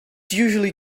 usually